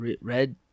Red